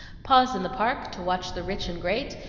pause in the park to watch the rich and great,